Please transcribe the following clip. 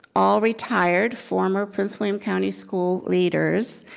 all retired former prince william county school leaders.